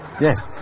yes